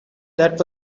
that